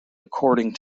according